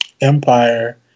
Empire